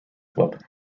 club